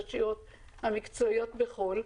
ברשויות המקצועיות בחו"ל,